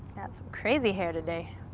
got some crazy hair today.